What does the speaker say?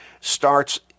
starts